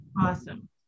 Awesome